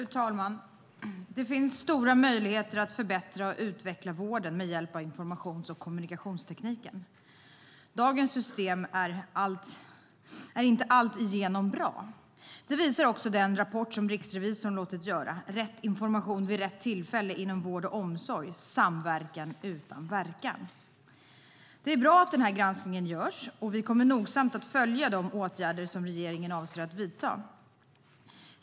Fru talman! Det finns stora möjligheter att förbättra och utveckla vården med hjälp av informations och kommunikationstekniken. Dagens system är inte alltigenom bra. Det visar också den rapport som riksrevisorn låtit göra, Rätt information vid rätt tillfälle inom vård och omsorg - samverkan utan verkan? Det är bra att den här granskningen görs. Vi kommer nogsamt att följa de åtgärder som regeringen avser att vidta.